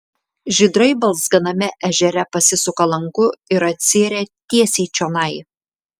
žydrai balzganame ežere pasisuka lanku ir atsiiria tiesiai čionai